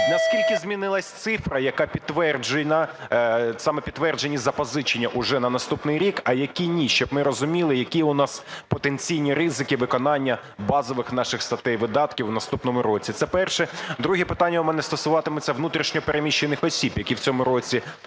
на скільки змінилась цифра, яка підтверджена, саме підтверджені запозичення уже на наступний рік, а які ще ні? Щоб ми розуміли, які у нас потенційні ризики виконання базових наших статей видатків в наступному році. Це перше. Друге питання у мене стосуватиметься внутрішньо переміщених осіб, які в цьому році